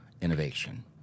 innovation